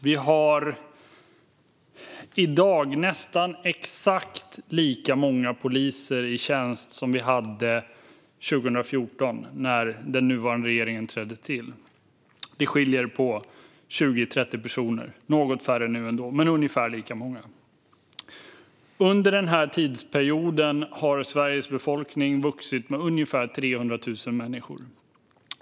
Vi har i dag nästan exakt lika många poliser i tjänst som vi hade 2014, när den nuvarande regeringen tillträdde. Det är något färre nu än då, 20-30 personer, men ungefär lika många. Under denna tidsperiod har Sveriges befolkning vuxit med ungefär 300 000 människor.